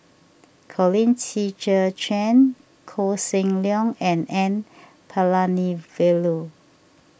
Colin Qi Zhe Quan Koh Seng Leong and N Palanivelu